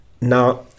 Now